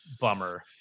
bummer